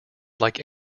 like